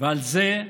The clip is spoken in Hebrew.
ועל זה,